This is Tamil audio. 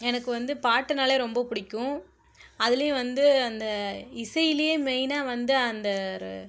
எனக்கு வந்து பாட்டுனாலே ரொம்ப பிடிக்கும் அதுலேயும் வந்து அந்த இசையிலையே மெயினா வந்து அந்த ஒரு